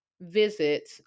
visit